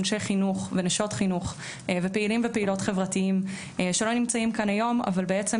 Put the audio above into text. אנשי חינוך ונשות חינוך ופעילים ופעילות חברתיים שלא נמצאים כאן היום,